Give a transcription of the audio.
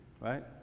right